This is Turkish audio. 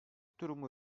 durumu